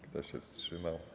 Kto się wstrzymał?